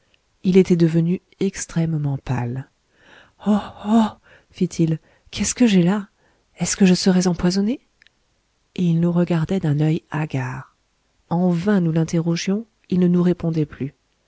il était devenu extrêmement pâle oh oh fit-il qu'est-ce que j'ai là est-ce que je serais empoisonné et il nous regardait d'un œil hagard en vain nous l'interrogions il ne nous répondait plus